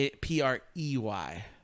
P-R-E-Y